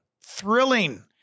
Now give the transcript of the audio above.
thrilling